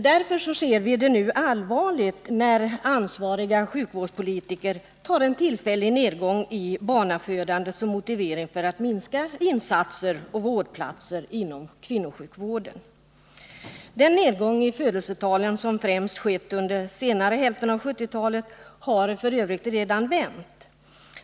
Vi ser allvarligt på det förhållandet att ansvariga sjukvårdspolitiker tar en tillfällig nedgång i barnafödandet som motivering för en minskning av insatserna och antalet vårdplatser inom kvinnosjukvården. Den nedgång i födelsetalen som främst skett under senare hälften av 1970-talet har f. ö. redan vänt.